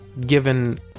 given